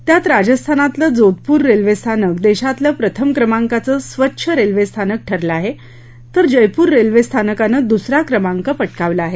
त्यात राजस्थानातलं जोधपूर रेल्वे स्थानक देशातलं प्रथम क्रमांकाचं स्वच्छ रेल्वे स्थानक ठरलं आहे तर जयपूर रेल्वे स्थानकानं दुसरा क्रमांक पटकावला आहे